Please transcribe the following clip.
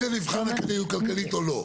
אחרי זה נבחן כדאיות כלכלית או לא.